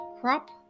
crop